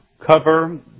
cover